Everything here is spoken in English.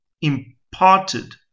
imparted